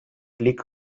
klik